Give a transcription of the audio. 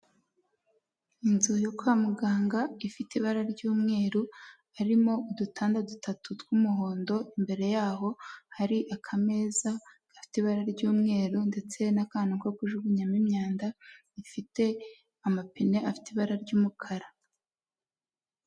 Inzu yo kwa muganga ifite ibara ry'umweru harimo udutanda dutatu tw'umuhondo, imbere yaho hari aka meza gafite ibara ry'umweru ndetse n'akantu ko kujugunyamo imyanda ifite amapine afite ibara ry'umukara.